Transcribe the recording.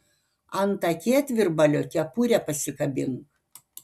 ant akėtvirbalio kepurę pasikabink